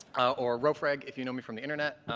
or rofreg, if you know me from the internet.